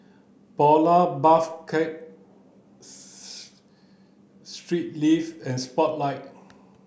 Polar Puff Cakes Straight Ives and Spotlight